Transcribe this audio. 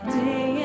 day